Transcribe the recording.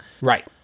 Right